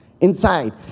inside